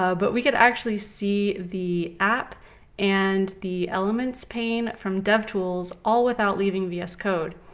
ah but we could actually see the app and the elements pane from devtools all without leaving vs code.